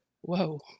whoa